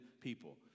people